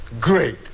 Great